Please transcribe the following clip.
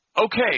Okay